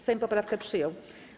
Sejm poprawkę przyjął.